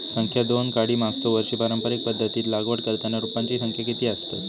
संख्या दोन काडी मागचो वर्षी पारंपरिक पध्दतीत लागवड करताना रोपांची संख्या किती आसतत?